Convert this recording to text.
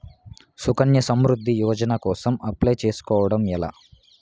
సుకన్య సమృద్ధి యోజన కోసం అప్లయ్ చేసుకోవడం ఎలా?